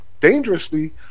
dangerously